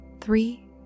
three